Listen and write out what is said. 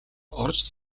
орж